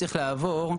עכשיו צרכי רווחה,